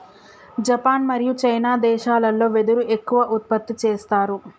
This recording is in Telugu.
జపాన్ మరియు చైనా దేశాలల్లో వెదురు ఎక్కువ ఉత్పత్తి చేస్తారు